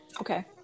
Okay